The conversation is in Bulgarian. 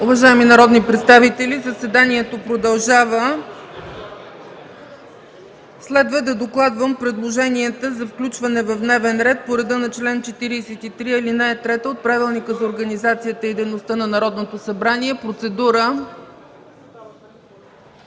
Уважаеми народни представители, заседанието продължава. Следва да докладвам предложенията за включване в дневния ред по реда на чл. 43, ал. 3 от Правилника за организацията и дейността на Народното събрание. ТОДОР